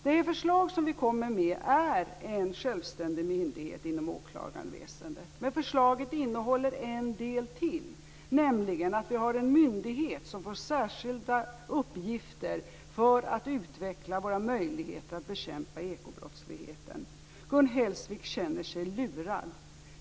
Det förslag som vi kommer med innebär en självständig myndighet inom åklagarväsendet, men förslaget innehåller en del till, nämligen en myndighet som får särskilda uppgifter för att utveckla våra möjligheter att bekämpa ekobrottsligheten. Gun Hellsvik känner sig lurad.